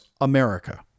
America